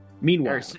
Meanwhile